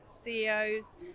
CEOs